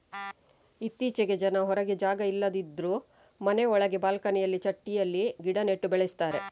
ಇತ್ತೀಚೆಗೆ ಜನ ಹೊರಗೆ ಜಾಗ ಇಲ್ಲದಿದ್ರೂ ಮನೆ ಒಳಗೆ ಬಾಲ್ಕನಿನಲ್ಲಿ ಚಟ್ಟಿಯಲ್ಲಿ ಗಿಡ ನೆಟ್ಟು ಬೆಳೆಸ್ತಾರೆ